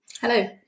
Hello